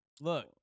Look